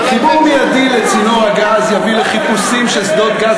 חיבור מיידי לצינור הגז יביא לחיפושים של שדות גז